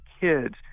kids